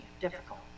difficult